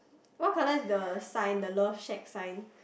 what colour is the sign the love shack sign